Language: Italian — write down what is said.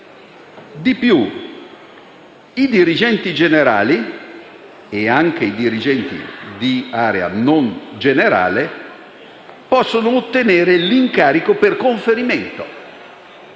di più. I dirigenti generali (e anche quelli di area non generale) possono ottenere l'incarico per conferimento.